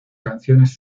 canciones